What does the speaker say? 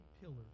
pillars